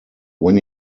when